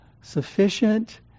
sufficient